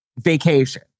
vacation